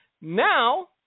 Now